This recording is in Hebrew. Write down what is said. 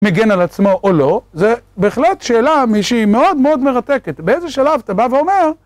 מגן על עצמו או לא, זה בהחלט שאלה שהיא מאוד מאוד מרתקת, באיזה שלב אתה בא ואומר